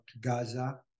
Gaza